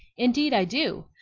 indeed i do.